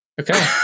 Okay